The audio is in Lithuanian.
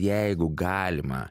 jeigu galima